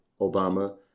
Obama